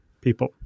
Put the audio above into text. people